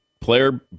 player